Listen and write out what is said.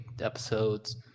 episodes